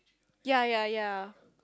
ya ya ya